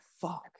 fuck